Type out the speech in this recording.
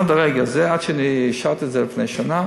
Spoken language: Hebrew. עד לרגע זה, עד שאני אישרתי את זה לפני שנה